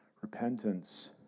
repentance